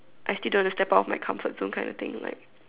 I still don't want to step out of my comfort zone kind of thing like